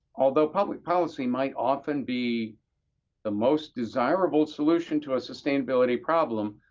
although public policy might often be the most desirable solution to a sustainability problem,